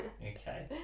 Okay